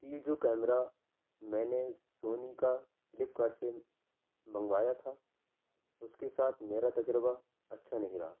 یہ جو کیمرہ میں نے سونی کا فلیپ کارٹ سے منگوایا تھا اس کے ساتھ میرا تجربہ اچھا نہیں رہا